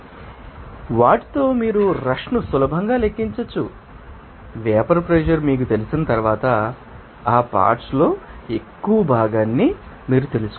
కాబట్టి వాటితో మీరు రష్ను సులభంగా లెక్కించవచ్చు వేపర్ ప్రెషర్ మీకు తెలిసిన తర్వాత ఆ పార్ట్శ్ లో ఎక్కువ భాగాన్ని మీకు తెలుసు